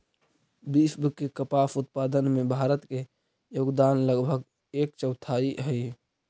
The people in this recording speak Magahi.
विश्व के कपास उत्पादन में भारत के योगदान लगभग एक चौथाई हइ